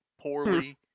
poorly